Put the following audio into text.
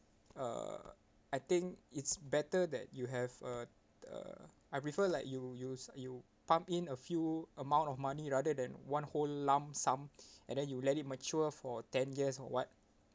uh I think it's better that you have uh uh I prefer like you use you pump in a few amount of money rather than one whole lump sum and then you let it mature for ten years or [what]